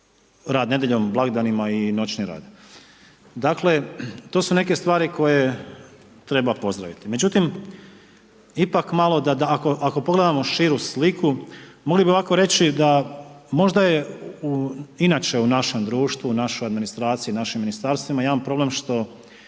rad nedjeljom, blagdanima i noćni rad. Dakle, to su neke stvari koje treba pozdraviti. Međutim, ipak malo, ako pogledamo širu sliku, mogli bi ovako reći da možda je inače u našem društvu u našoj administraciji, u našim ministarstvima jedan problem, što